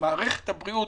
מערכת הבריאות